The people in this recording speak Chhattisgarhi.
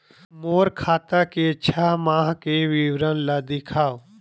मोर खाता के छः माह के विवरण ल दिखाव?